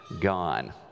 gone